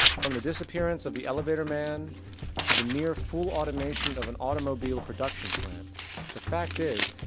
from the dissapearence of the elevator man to the near full automation of an automobile production plant the fact is,